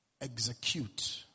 execute